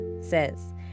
Says